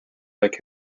like